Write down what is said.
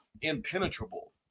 impenetrable